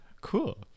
cool